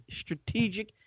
strategic